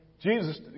Jesus